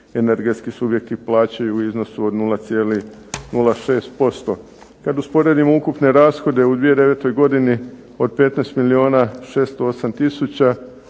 energetski subjekti plaćaju u iznosu od 0,06%. Kad usporedimo ukupne rashode u 2009. godini od 15 milijuna 608 tisuća